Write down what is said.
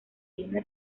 viene